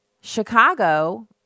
chicago